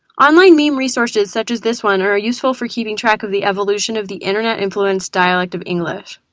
online meme resources, such as this one, are useful for keeping track of the evolution of the internet influenced dialect of english.